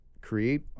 create